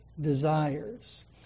desires